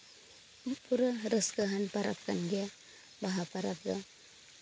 ᱯᱩᱨᱟᱹ ᱨᱟᱹᱥᱠᱟᱹᱣᱟᱱ ᱯᱚᱨᱚᱵᱽ ᱠᱟᱱ ᱜᱮᱭᱟ ᱵᱟᱦᱟ ᱯᱚᱨᱚᱵᱽ ᱫᱚ